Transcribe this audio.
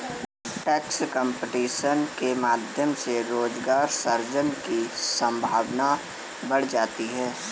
tax competition के माध्यम से रोजगार सृजन की संभावना बढ़ जाती है